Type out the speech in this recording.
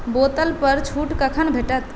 बोतलपर छूट कखन भेटत